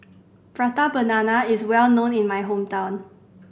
Prata Banana is well known in my hometown